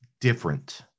different